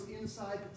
inside